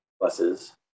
buses